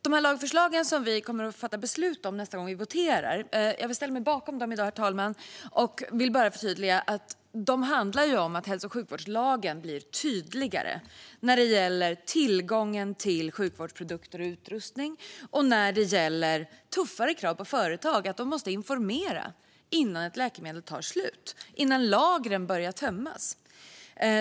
De lagförslag som vi kommer att fatta beslut om nästa gång vi voterar vill jag ställa mig bakom i dag och vill bara förtydliga att förslagen handlar om att hälso och sjukvårdslagen blir tydligare när det gäller tillgången till sjukvårdsprodukter och utrustning och när det gäller tuffare krav på företag att de måste informera innan ett läkemedel tar slut och innan lagren börjar tömmas.